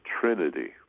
trinity